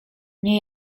nie